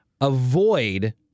Avoid